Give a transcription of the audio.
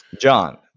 John